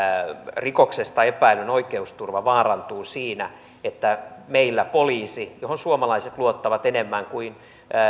rikoksesta epäillyn oikeusturva vaarantuu siinä että meillä poliisi johon suomalaiset luottavat enemmän kuin